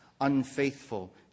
unfaithful